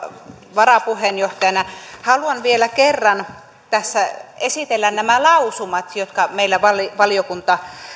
varapuheenjohtajana haluan vielä kerran tässä esitellä nämä lausumat jotka meillä valiokunta